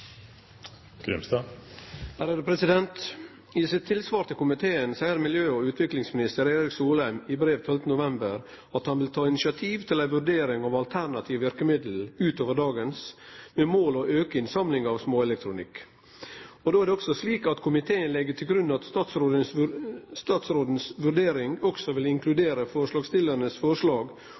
I sitt tilsvar til komiteen seier miljø- og utviklingsminister Erik Solheim i brev 12. november at han vil ta initiativ til ei vurdering av alternative verkemiddel utover dei vi har i dag, med mål om å auke innsamlinga av småelektronikk. Då er det slik at komiteen legg til grunn at statsråden si vurdering også vil inkludere forslagsstillarane sitt forslag